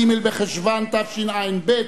ג' בחשוון התשע"ב,